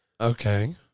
Okay